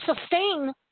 sustain